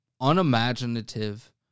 unimaginative